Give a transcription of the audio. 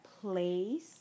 place